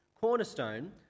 cornerstone